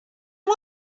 was